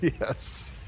Yes